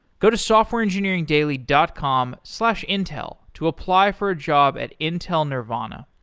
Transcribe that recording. go to softwareengineeringdaily dot com slash intel to apply for a job at intel nervana.